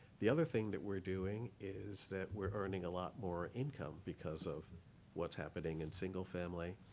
the other thing that we're doing is that we're earning a lot more income because of what's happening in single family.